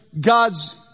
God's